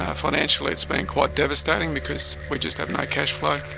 ah financially it's been quite devastating because we just have no cash flow.